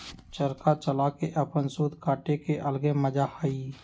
चरखा चला के अपन सूत काटे के अलगे मजा हई